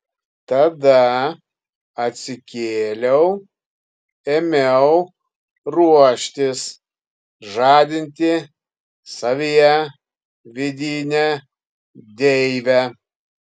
tada atsikėliau ėmiau ruoštis žadinti savyje vidinę deivę